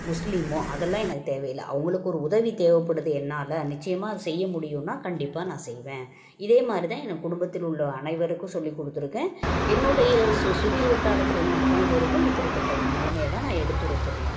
முஸ்லீம்மோ அதெல்லாம் எனக்குத் தேவயில்லை அவங்களுக்கு ஒரு உதவி தேவைப்படுது என்னால் நிச்சியமாக அது செய்ய முடியும்ன்னா கண்டிப்பாக நான் செய்வேன் இதே மாதிரி தான் எனது குடும்பத்தில் உள்ள அனைவருக்கும் சொல்லிக் கொடுத்திருக்கேன் என்னுடைய சு சுற்று வட்டாரத்தில் உள்ள அத்தனை பேருக்கும் இப்படிப்பட்ட ஒரு நிலமைய தான் நான் எடுத்துரைச்சுருக்கேன்